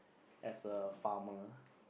as a farmer